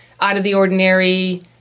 out-of-the-ordinary